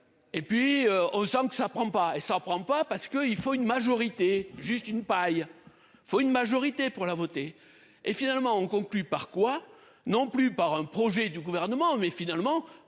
Et puis on sent que ça prend pas et s'en prend pas parce que il faut une majorité juste une paille. Il faut une majorité pour la voter et finalement conclu par quoi non plus par un projet du gouvernement mais finalement